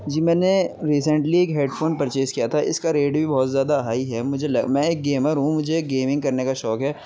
جی میں نے ریسنٹلی ایک ہیڈ فون پرچیز کیا تھا اس کا ریٹ بھی بہت زیادہ ہائی ہے مجھے لگا میں ایک گیمر ہوں مجھے گیمنگ کرنے کا شوق ہے